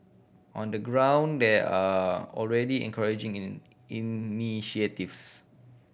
on the ground there are already encouraging in initiatives